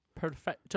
Perfect